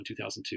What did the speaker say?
2002